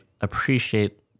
appreciate